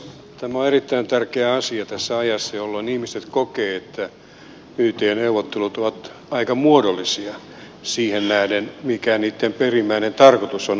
tämä on erittäin tärkeä asia tässä ajassa jolloin ihmiset kokevat että yt neuvottelut ovat aika muodollisia siihen nähden mikä niitten perimmäinen tarkoitus on ollut